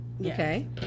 Okay